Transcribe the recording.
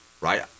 right